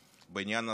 בעניין הזה אתה שוגה.